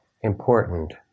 important